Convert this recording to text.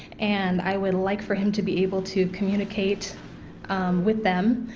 and i would like for him to be able to communicate with them.